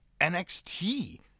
NXT